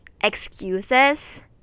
excuses